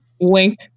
Wink